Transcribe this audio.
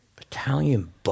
Italian